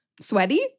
sweaty